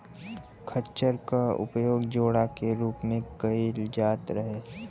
खच्चर क उपयोग जोड़ा के रूप में कैईल जात रहे